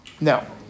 No